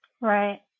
Right